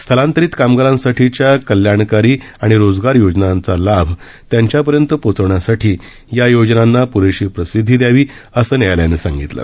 स्थलांतरित कामगारांसाठीच्या कल्याणकारी आणि रोजगार योजनांचा लाभ त्यांच्यापर्यंत पोचवण्यासाठी या योजनांना प्रेशी प्रसिददी दयावी असं न्यायालयानं सांगितलं